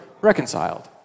reconciled